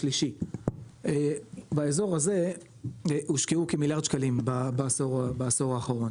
באזור הזה הושקעו כמיליארד שקלים בעשור האחרון,